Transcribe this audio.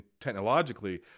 technologically